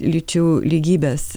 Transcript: lyčių lygybės